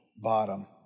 bottom